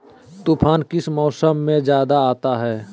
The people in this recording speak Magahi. तूफ़ान किस मौसम में ज्यादा आता है?